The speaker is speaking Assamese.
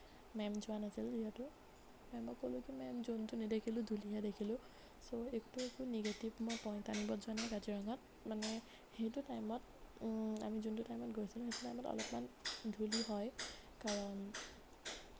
মেম যোৱা নাছিল যিহেতু মেমক ক'লোঁ কি মেম জন্তু নেদেখিলোঁ ধূলিহে দেখিলোঁ চ' একতো একো নিগেটিভ মই পইণ্ট আনিব যোৱা নাই কাজিৰঙাত মানে সেইটো টাইমত আমি যোনটো টাইমত গৈছিলোঁ সেইটো টাইমত অলপমান ধূলি হয় কাৰণ